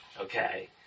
Okay